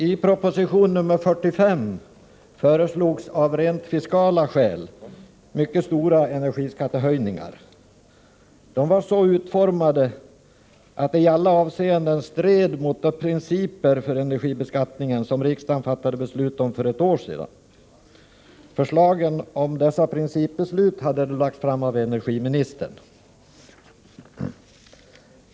I proposition nr 45 föreslogs, av rent fiskala skäl, mycket stora energiskattehöjningar. Förslagen var utformade på ett sådant sätt att de i alla avseenden stred mot de principer för energibeskattningen som riksdagen fattade beslut om för ett år sedan. Förslagen i fråga om dessa principbeslut lades fram av energiministern.